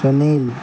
Sunil